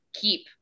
keep